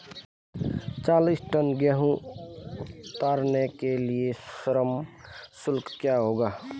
चालीस टन गेहूँ उतारने के लिए श्रम शुल्क क्या होगा?